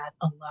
alone